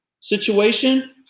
situation